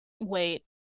wait